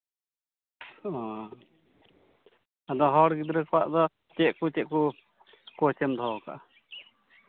ᱟᱫᱚ ᱦᱚᱲ ᱜᱤᱫᱽᱨᱟᱹ ᱠᱚᱣᱟᱜ ᱫᱚ ᱪᱮᱫ ᱠᱚ ᱪᱮᱫ ᱠᱚ ᱠᱳᱪ ᱮᱢ ᱫᱚᱦᱚ ᱠᱟᱜᱼᱟ